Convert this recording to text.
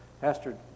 Pastor